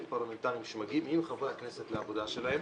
פרלמנטריים שמגיעים עם חברי הכנסת לעבודה שלהם.